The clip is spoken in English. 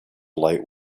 light